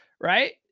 right